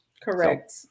Correct